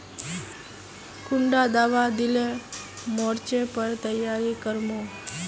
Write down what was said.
कुंडा दाबा दिले मोर्चे पर तैयारी कर मो?